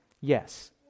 Yes